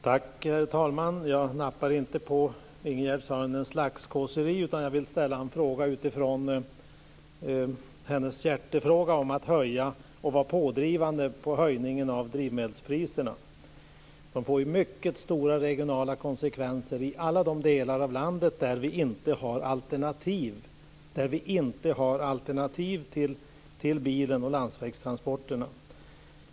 Herr talman! Jag nappar inte på Ingegerd Saarinens laxkåseri, utan jag vill ställa en fråga utifrån hennes sätt att vara pådrivande när det gäller att höja drivmedelspriserna. Detta får mycket stora regionala konsekvenser i alla de delar av landet där vi inte har alternativ till bilen och landsvägstransporterna.